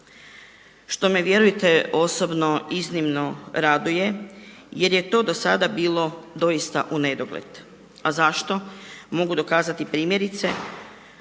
što me vjerujte osobno iznimno raduje jer je to do sada bilo doista u nedogled. A zašto? Mogu dokazati primjerice